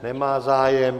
Nemá zájem.